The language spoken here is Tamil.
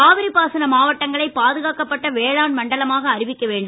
காவிரி பாசன மாவட்டங்களை பாதுகாக்கப்பட்ட வேளாண் மண்டலமாக அறிவிக்க வேண்டும்